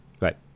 Right